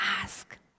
ask